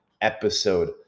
episode